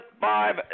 five